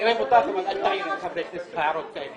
לא מצאנו לנכון להורות לו שהוא לא יכול לעשות את זה.